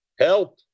Help